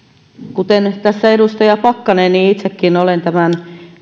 kuten tässä edustaja pakkanen itsekin olen tämän